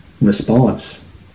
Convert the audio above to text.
response